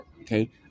Okay